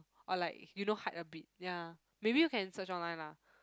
or like you know hide a bit ya maybe you can search online lah